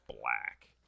black